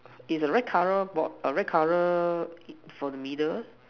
is a red color board err red color for the middle